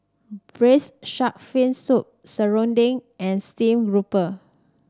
Braised Shark Fin Soup serunding and Steamed Grouper